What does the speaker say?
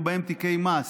ובהם תיקי מס